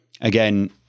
again